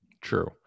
True